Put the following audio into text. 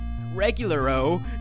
Regularo